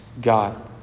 God